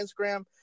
Instagram